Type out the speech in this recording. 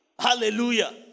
Hallelujah